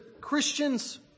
Christians